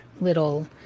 little